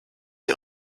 sie